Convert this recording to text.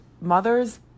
mothers